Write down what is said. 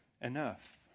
enough